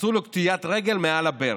עשו לו קטיעת רגל מעל הברך.